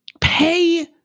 pay